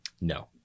No